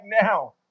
now